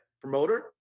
promoter